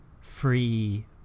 free